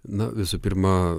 na visų pirma